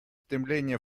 стремление